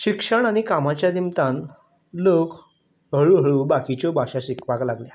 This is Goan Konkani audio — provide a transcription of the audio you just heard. शिक्षण आनी कामाचे निमतान लोक हळू हळू बाकिच्यो भाशा शिकपाक लागल्या